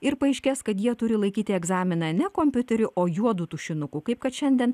ir paaiškės kad jie turi laikyti egzaminą ne kompiuteriu o juodu tušinuku kaip kad šiandien